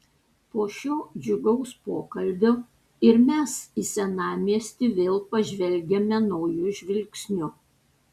po šio džiugaus pokalbio ir mes į senamiestį vėl pažvelgiame nauju žvilgsniu